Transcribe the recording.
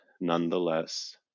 nonetheless